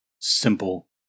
simple